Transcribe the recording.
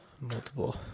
Multiple